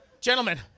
Gentlemen